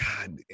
God